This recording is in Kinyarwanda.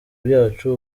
byacu